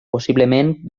possiblement